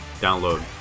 download